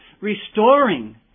restoring